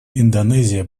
индонезия